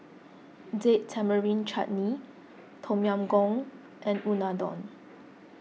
Date Tamarind Chutney Tom Yam Goong and Unadon